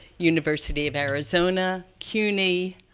university of arizona, cuny,